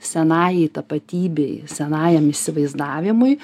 senajai tapatybei senajam įsivaizdavimui